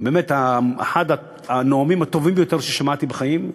באמת, אחד הנואמים הטובים ביותר ששמעתי בחיים.